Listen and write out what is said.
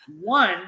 One